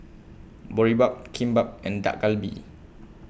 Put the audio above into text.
Boribap Kimbap and Dak Galbi